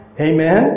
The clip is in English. Amen